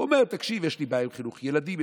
הוא אומר: יש לי בעיה עם חינוך ילדים.